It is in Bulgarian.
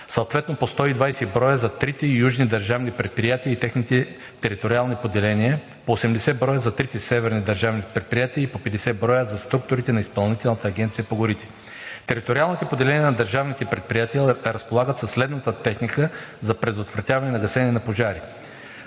съответно по 120 броя за трите южни държавни предприятия и техните териториални поделения, по 80 броя за трите северни държавни предприятия и по 50 броя за структурите на Изпълнителната агенция по горите. Териториалните поделения на държавните предприятия разполагат със следната техника за предотвратяване на гасене на пожари: